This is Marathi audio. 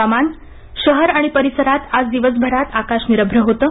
हवामान शहर आणि परिसरात आज दिवसभर आकाश निरभ्र होतं